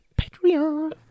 Patreon